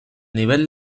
nivel